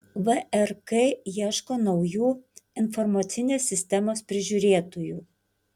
vrk ieško naujų informacinės sistemos prižiūrėtojų